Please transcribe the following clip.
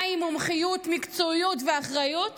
מהן מומחיות, מקצועיות ואחריות